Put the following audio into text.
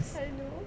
I know